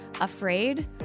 afraid